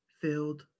filled